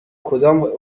کدام